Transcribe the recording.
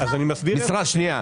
אז אני מסביר --- שנייה,